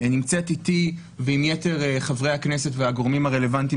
נמצאת איתי ועם יתר חברי הכנסת והגורמים הרלוונטיים